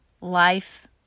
life